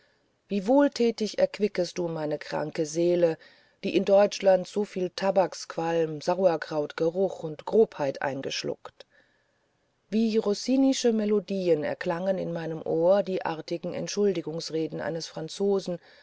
wie wohltätig erquicktest du meine kranke seele die in deutschland soviel tabaksqualm sauerkrautsgeruch und grobheit eingeschluckt wie rossinische melodien erklangen in meinem ohr die artigen entschuldigungsreden eines franzosen